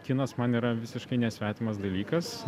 kinas man yra visiškai nesvetimas dalykas